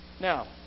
Now